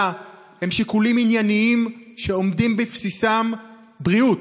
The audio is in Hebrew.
הם שיקולים ענייניים שעומדת בבסיסם הבריאות.